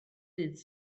dydd